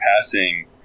passing